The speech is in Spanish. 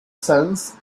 sanz